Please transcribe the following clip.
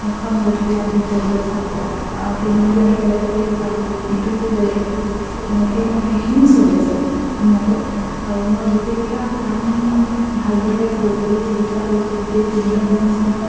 এখন যদি বিয়া এদিন কৰিবলৈ যাওঁ তুলনী বিয়াটো বেলেগ ৰে'ট আৰু ইটোও বেলেগ তো তেনেকৈ মোৰ সেইখিনিও চলি আছে ধুনীয়াকৈ আৰু মই গোটেইকেইটা কাম ভালদৰে কৰিবলৈ চেষ্টা কৰিছো গোটেই তিনিওটা বিজনেছ মই